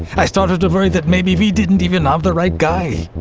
i started to worry that maybe we didn't even have the right guy.